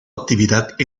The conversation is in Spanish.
actividad